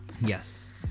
Yes